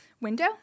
window